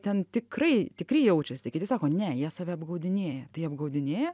ten tikrai tikri jaučiasi kiti sako ne jie save apgaudinėja tai apgaudinėja